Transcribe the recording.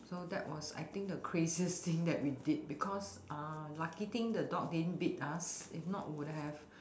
so that was I think the craziest thing that we did because uh lucky thing the dog didn't bit us if not would have